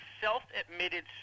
self-admitted